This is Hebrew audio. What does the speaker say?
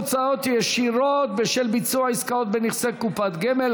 הוצאות ישירות בשל ביצוע עסקאות בנכסי קופת גמל),